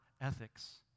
ethics